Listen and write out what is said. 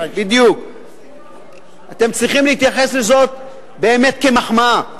אתם צריכים להתייחס לזאת באמת כמחמאה.